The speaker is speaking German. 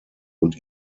und